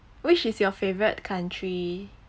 which is your favourite country